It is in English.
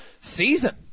season